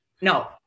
No